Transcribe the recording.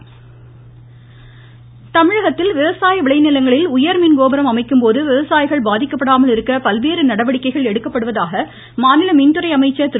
B டதங்கமணி தமிழகத்தில் விவசாய விளைநிலங்களில் உயர்மின் கோபுரம் அமைக்கும்போது விவசாயிகள் பாதிக்கப்படாமல் இருக்க பல்வேறு நடவடிக்கைகள் எடுக்கப்படுவதாக மாநில மின்துறை அமைச்சர் திரு